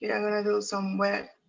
yeah i'm gonna do some webs. b